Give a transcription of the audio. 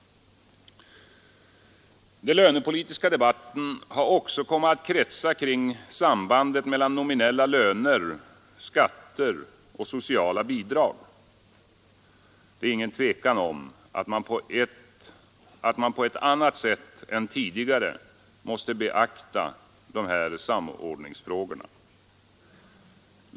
Den lönepolitiska debatten har också kommit att kretsa kring sambandet mellan nominella löner, skatter och sociala bidrag. Det är inget tvivel om att man på ett annat sätt än tidigare måste beakta dessa samordningsfrågor.